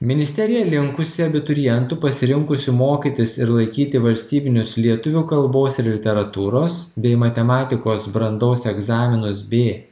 ministerija linkusi abiturientų pasirinkusių mokytis ir laikyti valstybinius lietuvių kalbos ir literatūros bei matematikos brandos egzaminus b